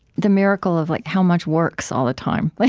the miracle of like how much works all the time. like